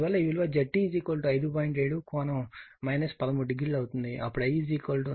7 ∠ 130 అవుతుంది